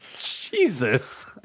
Jesus